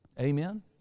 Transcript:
Amen